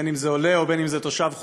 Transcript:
אם עולה ואם תושב חוזר,